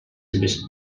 seves